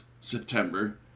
september